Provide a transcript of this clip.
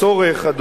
הצורך למחזר,